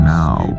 now